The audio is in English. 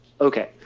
Okay